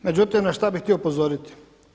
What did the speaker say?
Međutim, na šta bih htio upozoriti.